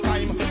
Time